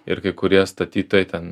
ir kai kurie statytojai ten